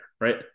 right